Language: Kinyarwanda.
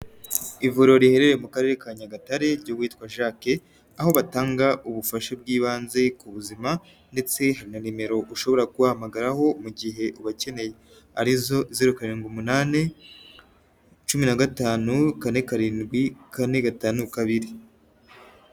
Ivuriro riherereye mu karere ka Nyagatare ry'uwitwa Jacques, aho batanga ubufasha bw'ibanze ku buzima ndetse na nimero ushobora kubahamagaraho mu gihe ubakeneye, arizo zeru karindwi umunani, cumi na gatanu, kane karindwi kane, gatanu kabiri.